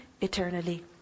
eternally